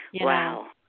Wow